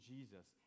Jesus